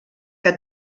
que